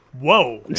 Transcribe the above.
whoa